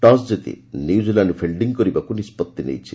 toss ଜିତି New Zealand fielding କରିବାକୁ ନିଷ୍ପଭି ନେଇଛି